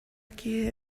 киһи